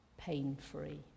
pain-free